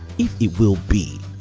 if it will be,